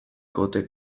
kote